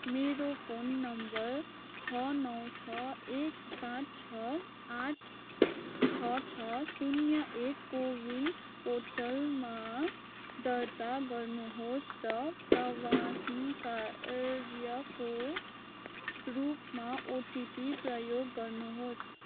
मेरो phone number छ नौ छ एक पाँच छ आठ छ छ शून्य एक को विन पोर्टलमा दर्ता गर्नुहोस् र प्रवानिकार्यको रूपमा ओटिपी प्रयोग गर्नुहोस्